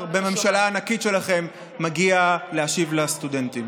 בממשלה הענקית שלכם לא מגיע להשיב לסטודנטים.